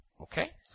Okay